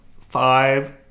five